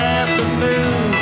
afternoon